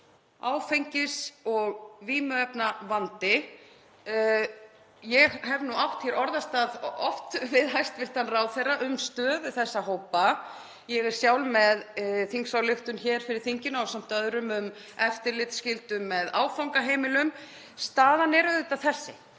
áfengis- og vímuefnavandi. Ég hef nú átt hér orðastað oft við hæstv. ráðherra um stöðu þessa hópa. Ég er sjálf með þingsályktunartillögu fyrir þinginu ásamt öðrum um eftirlitsskyldu með áfangaheimilum. Staðan er auðvitað þessi: